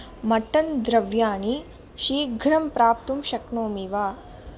mutton द्रव्याणि शीघ्रं प्राप्तुं शक्नोमि वा